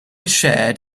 shared